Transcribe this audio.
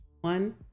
One